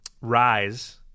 rise